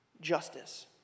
justice